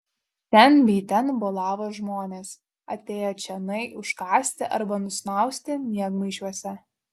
šen bei ten bolavo žmonės atėję čionai užkąsti arba nusnausti miegmaišiuose